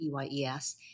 EYES